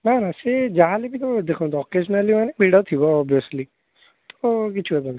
ନା ନା ସେ ଯାହା ହେଲେ ବି ଦେଖନ୍ତୁ ଅକେଜ୍ନାଲି ମାନେ ଭିଡ଼ ଥିବ ଓଭିଅଶ୍ଲି ତ କିଛି କଥା ନାହିଁ